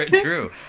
true